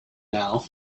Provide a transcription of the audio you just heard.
now